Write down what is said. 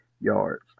yards